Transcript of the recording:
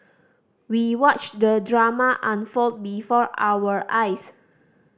we watched the drama unfold before our eyes